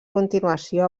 continuació